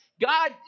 God